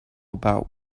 about